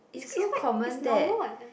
it's it's quite it's normal what and